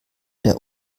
der